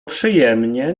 przyjemnie